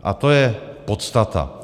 A to je podstata.